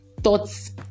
thoughts